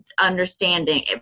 understanding